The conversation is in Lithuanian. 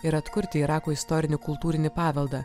ir atkurti irako istorinį kultūrinį paveldą